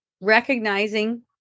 recognizing